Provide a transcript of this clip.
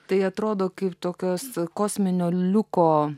tai atrodo kaip tokios kosminio liuko